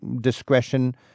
discretion